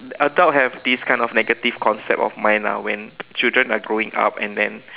adult have this kind of negative concept of mind lah when children are growing up and then